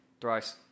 Thrice